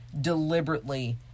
deliberately